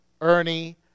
Ernie